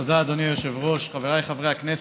תודה, אדוני היושב-ראש, חבריי חברי הכנסת,